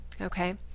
okay